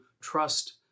trust